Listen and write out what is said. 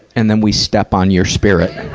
and then we step on your spirit.